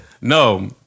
No